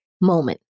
moment